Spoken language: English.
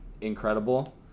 incredible